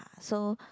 ah so